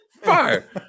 Fire